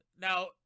Now